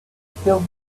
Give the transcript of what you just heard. feel